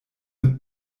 mit